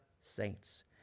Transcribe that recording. saints